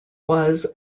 was